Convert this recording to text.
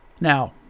Now